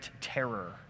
terror